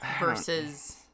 versus